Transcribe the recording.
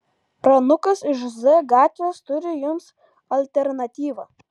pranukas iš z gatvės turi jums alternatyvą